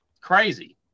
Crazy